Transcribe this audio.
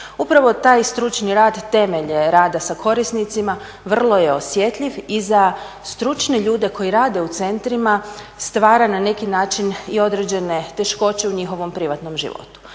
Upravo taj stručni rad temelj je rada sa korisnicima vrlo je osjetljiv i za stručne ljude koji rade u centrima stvara na neki način i određene teškoće u njihovom privatnom životu.